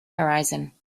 horizon